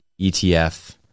ETF